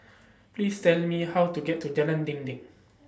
Please Tell Me How to get to Jalan Dinding